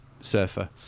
surfer